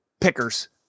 pickers